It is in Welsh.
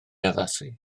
addasu